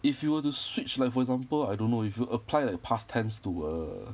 if you were to switch like for example I don't know if you apply like past tense to a